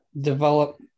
develop